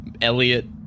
Elliot